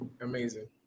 Amazing